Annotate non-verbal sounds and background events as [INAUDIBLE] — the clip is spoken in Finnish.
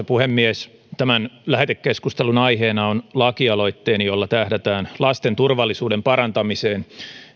[UNINTELLIGIBLE] puhemies tämän lähetekeskustelun aiheena on lakialoitteeni jolla tähdätään lasten turvallisuuden parantamiseen